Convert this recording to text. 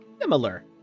Similar